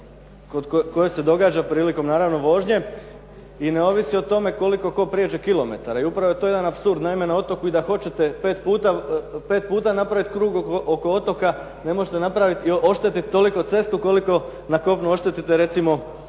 koja se događa naravno prilikom vožnje i ne ovisi o tome koliko tko pređe kilometara. I upravo je to jedan apsurd, naime na otoku i da hoćete, pet puta napraviti krug oko otoka ne možete oštetiti toliko cestu koliko na kopnu oštetite recimo u